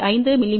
5 மி